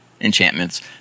enchantments